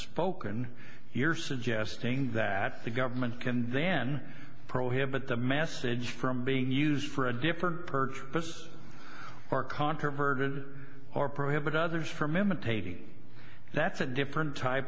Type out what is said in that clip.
spoken you're suggesting that the government can then prohibit the message from being used for a different purpose or controverted or prohibit others from imitating that's a different type